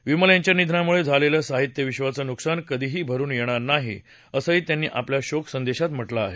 विमल यांच्या निधनामुळे झालेलं साहित्यविक्षाचं नुकसान कधीही भरुन येणार नाही असं त्यांनी आपल्या शोक संदेशात म्हटलं आहे